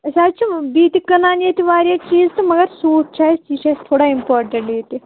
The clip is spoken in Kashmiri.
أسۍ حظ چھِ بیٚیہِ تہِ کٕنان ییٚتہِ واریاہ چیٖز تہٕ مگر سوٗٹ چھِ اَسہِ یہِ چھِ اَسہِ تھوڑا اِمپاٹنٛٹ ییٚتہِ